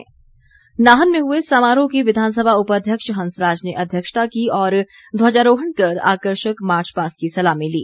नाहन समारोह नाहन में हुए समारोह की विधानसभा उपाध्यक्ष हंसराज ने अध्यक्षता की और ध्वजारोहण कर आकर्षक मार्चपास्ट की सलामी ली